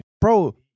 Bro